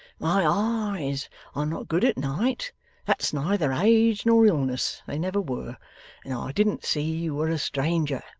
my eyes are not good at night that's neither age nor illness they never were and i didn't see you were a stranger